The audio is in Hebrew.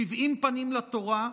שבעים פנים לתורה,